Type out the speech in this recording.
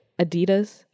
Adidas